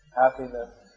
happiness